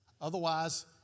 Otherwise